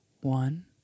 one